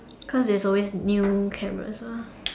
cause there's always new cameras mah